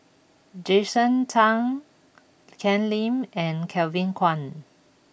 Jason Chan Ken Lim and Kevin Kwan